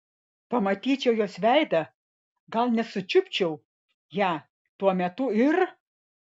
pamatyčiau jos veidą gal net sučiupčiau ją tuo metu ir